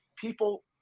people